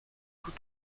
tous